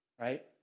right